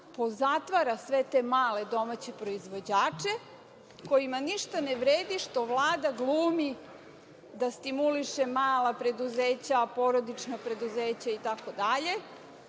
pozatvara sve te male domaće proizvođače kojima ništa ne vredi što Vlada glumi da stimuliše mala preduzeća, porodična preduzeća itd.